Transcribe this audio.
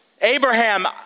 Abraham